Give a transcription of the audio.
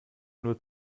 nur